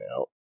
out